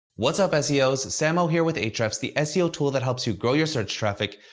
what's up seos? sam oh here with ahrefs, the seo tool that helps you grow your search traffic,